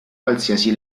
qualsiasi